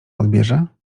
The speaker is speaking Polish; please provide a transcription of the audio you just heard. odbierze